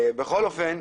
בכל אופן,